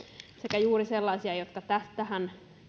sekä juuri sellaisia jotka tähän